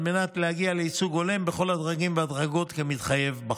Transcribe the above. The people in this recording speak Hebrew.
על מנת להגיע לייצוג הולם בכל הדרגים והדרגות כמתחייב בחוק.